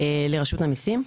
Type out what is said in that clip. לרשות המיסים.